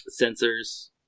sensors